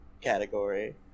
category